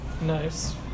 Nice